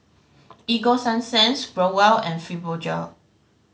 Ego Sunsense Growell and Fibogel